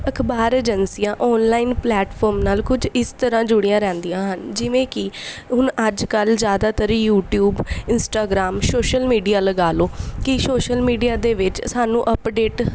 ਅਖ਼ਬਾਰ ਏਜੰਸੀਆਂ online platform ਨਾਲ ਕੁਝ ਇਸ ਤਰ੍ਹਾਂ ਜੁੜੀਆਂ ਰਹਿੰਦੀਆਂ ਹਨ ਜਿਵੇਂ ਕਿ ਹੁਣ ਅੱਜ ਕੱਲ੍ਹ ਜ਼ਿਆਦਾਤਰ ਯੂਟਿਊਬ ਇੰਸਟਾਗ੍ਰਾਮ ਸੋਸ਼ਲ ਮੀਡੀਆ ਲਗਾ ਲਓ ਕਿ ਸੋਸ਼ਲ ਮੀਡੀਆ ਦੇ ਵਿੱਚ ਸਾਨੂੰ ਅਪਡੇਟ